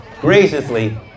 graciously